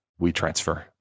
WeTransfer